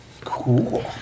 Cool